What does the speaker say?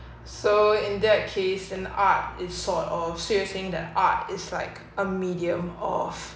so in that case an art it's sort of seriously the art is like a medium of